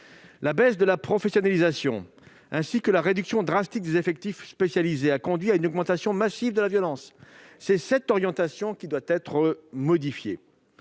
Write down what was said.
La moindre professionnalisation ainsi que la réduction brutale des effectifs spécialisés ont conduit à une augmentation massive de la violence. Cette orientation doit être modifiée.